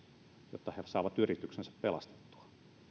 jotta he saavat yrityksensä pelastettua